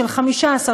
של 15,